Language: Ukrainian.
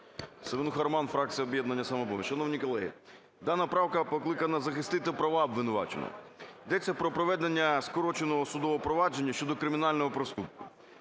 Семенуха Роман, фракція "Об'єднання "Самопоміч". Шановні колеги, дана правка покликана захистити права обвинуваченого. Йдеться про проведення скороченого судового провадження щодо кримінального проступку.